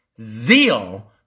zeal